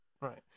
right